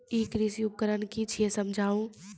ई कृषि उपकरण कि छियै समझाऊ?